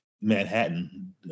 Manhattan